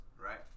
right